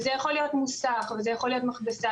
וזה יכול להיות מוסך וזה יכול להיות מכבסה